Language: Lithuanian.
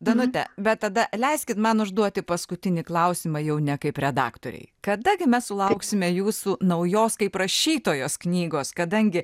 danute bet tada leiskit man užduoti paskutinį klausimą jau ne kaip redaktorei kada gi mes sulauksime jūsų naujos kaip rašytojos knygos kadangi